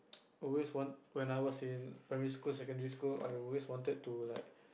always want when I was in primary school secondary school I always wanted to like